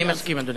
אני מסכים, אדוני.